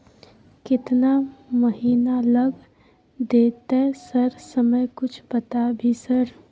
केतना महीना लग देतै सर समय कुछ बता भी सर?